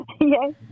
yes